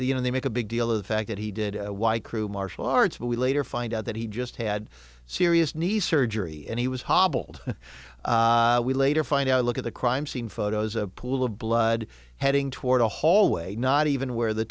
you know they make a big deal of the fact that he did why crew martial arts but we later find out that he just had serious knee surgery and he was hobbled and we later find out look at the crime scene photos a pool of blood heading toward a hallway not even where the